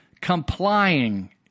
complying